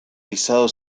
pisado